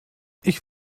ich